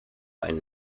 einen